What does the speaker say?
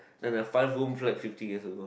than a five room flat fifty years ago